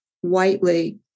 whitely